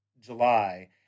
July